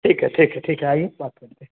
ठीक है ठीक है ठीक है आइए बात करते हैं